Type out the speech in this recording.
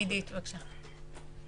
עדית, בבקשה.